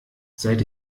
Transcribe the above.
seit